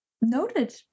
Noted